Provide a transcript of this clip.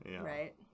right